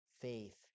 faith